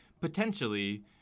potentially